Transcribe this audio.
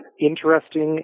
interesting